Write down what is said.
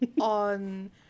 on